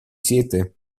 siete